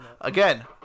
Again